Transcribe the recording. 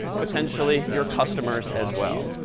potentially your customers as well.